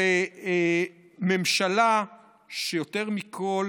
זו ממשלה שיותר מכול